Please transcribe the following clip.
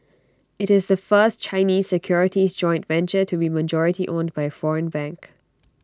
IT is the first Chinese securities joint venture to be majority owned by foreign bank